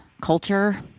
culture